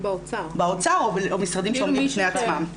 או משרדים שלמים בפני עצמם.